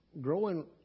growing